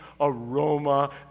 aroma